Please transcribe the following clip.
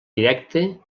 directe